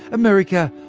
america,